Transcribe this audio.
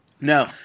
No